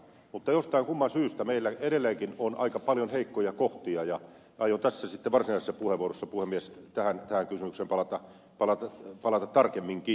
mutta jostain kumman syystä meillä edelleenkin on aika paljon heikkoja kohtia ja aion varsinaisessa puheenvuorossani puhemies tähän kysymykseen palata tarkemminkin